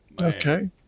okay